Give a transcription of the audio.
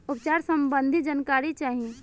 उपचार सबंधी जानकारी चाही?